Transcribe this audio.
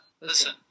Listen